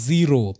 Zero